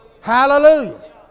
Hallelujah